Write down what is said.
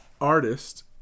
artist